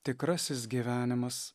tikrasis gyvenimas